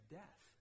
death